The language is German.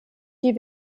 die